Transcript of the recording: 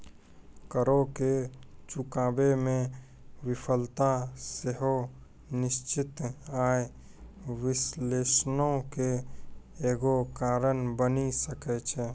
करो के चुकाबै मे विफलता सेहो निश्चित आय विश्लेषणो के एगो कारण बनि सकै छै